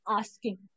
asking